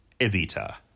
Evita